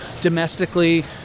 Domestically